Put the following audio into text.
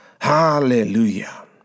hallelujah